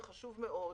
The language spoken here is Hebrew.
זה חשוב מאוד.